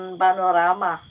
panorama